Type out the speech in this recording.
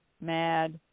mad